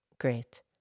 Great